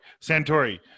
santori